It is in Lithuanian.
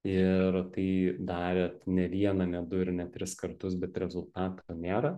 ir tai darėt ne vieną ne du ir ne tris kartus bet rezultato nėra